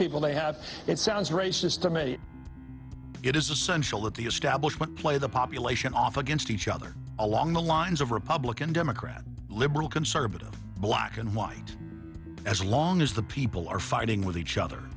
people they have it sounds racist to me it is essential that the establishment play the population off against each other along the lines of republican democrat liberal conservative black and white as long as the people are fighting with each other